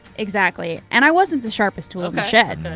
exactly, and i wasn't the sharpest tool shed.